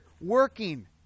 working